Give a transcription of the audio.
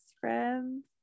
friends